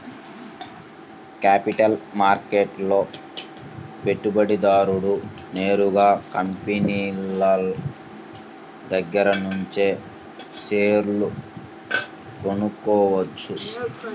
capital మార్కెట్లో పెట్టుబడిదారుడు నేరుగా కంపినీల దగ్గరనుంచే షేర్లు కొనుక్కోవచ్చు